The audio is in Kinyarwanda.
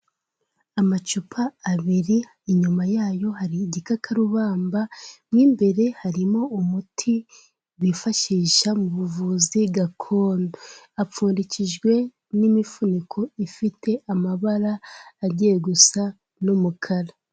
Amacupa abiri, inyuma yayo hari igikakarubamba, mo imbere harimo umuti bifashisha mu buvuzi gakondo. Apfundikijwe n'imifuniko ifite amabara agiye gusa n'umukara.